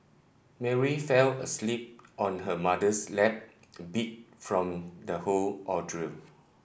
Mary fell asleep on her mother's lap beat from the whole ordeal